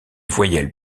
voyelles